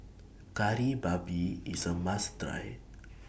Kari Babi IS A must Try